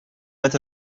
met